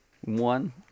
one